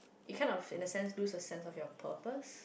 you kind of in a sense lose a sense of your purpose